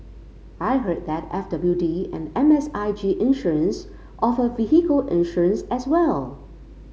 I heard that F W D and M S I G Insurance offer vehicle insurance as well